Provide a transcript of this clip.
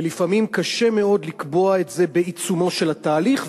ולפעמים קשה מאוד לקבוע את זה בעיצומו של התהליך,